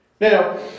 Now